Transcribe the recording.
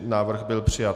Návrh byl přijat.